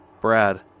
Brad